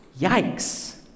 Yikes